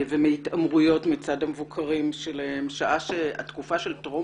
ומהתעמרויות מצד המבוקרים שלהם שעה שהתקופה של טרום